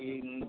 तीन